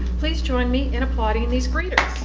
please join me in applauding these greeters.